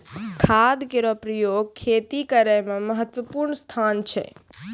खाद केरो प्रयोग खेती करै म महत्त्वपूर्ण स्थान छै